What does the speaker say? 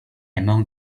among